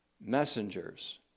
messengers